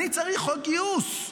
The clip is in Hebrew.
אני צריך חוק גיוס.